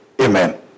Amen